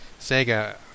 Sega